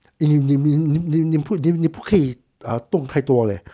eh 你你你你你不可以动太多 leh